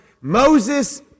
Moses